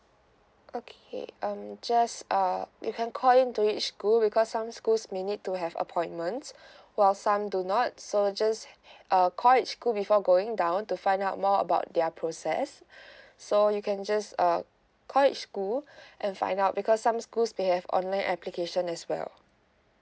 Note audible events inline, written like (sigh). okay um just uh you can call in to each school because some schools may need to have appointments while some do not so just uh call each school before going down to find out more about their process (breath) so you can just uh call each school and find out because some schools they have online application as well